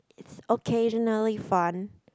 occasionally fun